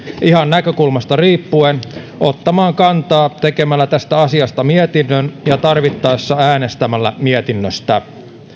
ihan näkökulmasta riippuen ottamaan kantaa tekemällä tästä asiasta mietinnön ja tarvittaessa äänestämällä mietinnöstä